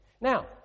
Now